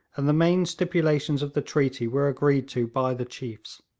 and the main stipulations of the treaty were agreed to by the chiefs.